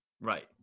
Right